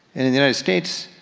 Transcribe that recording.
in the united states,